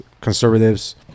conservatives